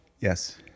Yes